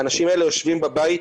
האנשים האלה יושבים בבית,